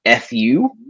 FU